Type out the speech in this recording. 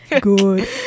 Good